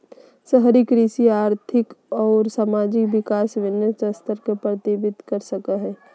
शहरी कृषि आर्थिक अउर सामाजिक विकास के विविन्न स्तर के प्रतिविंबित कर सक हई